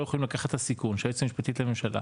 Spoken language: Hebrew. יכולים לקחת את הסיכון שהיועצת המשפטית לממשלה